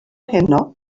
heno